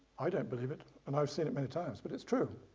i don't believe it and i've seen it many times. but it's true.